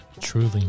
Truly